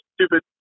stupid